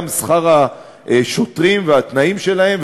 גם שכר השוטרים והתנאים שלהם,